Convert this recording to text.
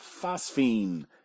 phosphine